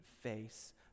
face